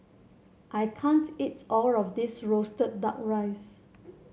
I can't eat all of this roasted duck rice